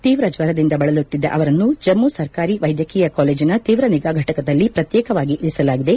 ತೀವ್ರ ಜ್ವರದಿಂದ ಬಳಲುತ್ತಿದ್ದ ಅವರನ್ನು ಜಮ್ನು ಸರ್ಕಾರಿ ವೈದ್ಯಕೀಯ ಕಾಲೇಜನ ತೀವ್ರ ನಿಗಾ ಘಟಕದಲ್ಲಿ ಪ್ರತ್ಯೇಕವಾಗಿ ಇರಿಸಲಾಗಿದೆ